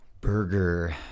burger